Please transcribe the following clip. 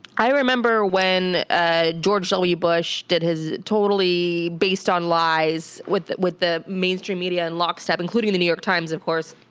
i remember when ah george w. bush did his totally based on lies with with the mainstream media in lockstep including the new york times, of course,